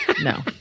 No